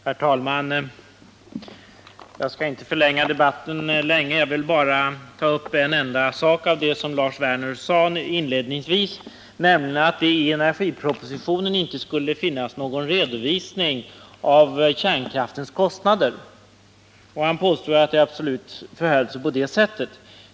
Herr talman! Jag skall inte förlänga debatten mycket. Jag vill bara ta upp en enda sak av det som Lars Werner sade inledningsvis, nämligen att det i energipropositionen inte skulle finnas någon redovisning av kärnkraftens kostnader. Han påstod att det absolut förhåller sig på det sättet.